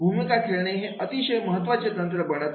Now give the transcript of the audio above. भूमिका खेळणे हे अतिशय महत्त्वाचे तंत्र बनत आहे